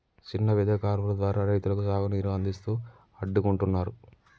చిన్న పెద్ద కాలువలు ద్వారా రైతులకు సాగు నీరు అందిస్తూ అడ్డుకుంటున్నారు